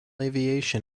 aviation